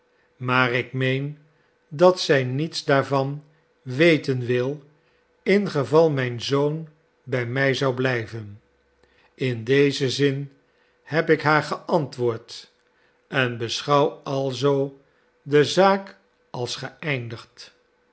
maar ik meen dat zij niets daarvan weten wil ingeval mijn zoon bij mij zou blijven in dezen zin heb ik haar geantwoord en beschouw alzoo de zaak als geëindigd